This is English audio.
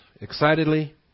excitedly